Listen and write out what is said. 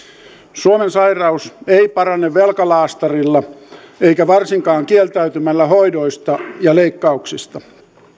suomen sairaus ei parane velkalaastarilla eikä varsinkaan kieltäytymällä hoidoista ja leikkauksista